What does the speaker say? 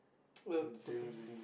certain